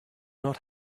not